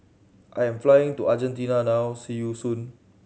I am flying to Argentina now see you soon